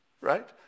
Right